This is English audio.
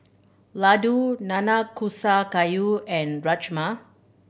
Ladoo Nanakusa Gayu and Rajma